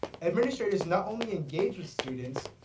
administrators not only engaged with students,